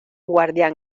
guardián